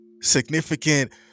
significant